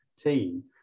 team